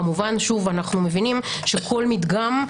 כמובן אנו מבינים שכל מדגם,